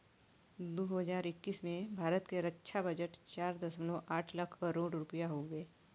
दू हज़ार इक्कीस में भारत के रक्छा बजट चार दशमलव आठ लाख करोड़ रुपिया हउवे